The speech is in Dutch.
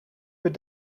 per